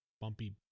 bumpy